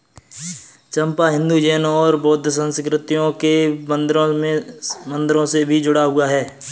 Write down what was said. चंपा हिंदू, जैन और बौद्ध संस्कृतियों के मंदिरों से भी जुड़ा हुआ है